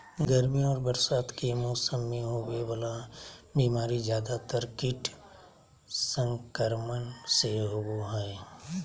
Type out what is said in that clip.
गर्मी और बरसात के मौसम में होबे वला बीमारी ज्यादातर कीट संक्रमण से होबो हइ